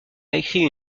écrit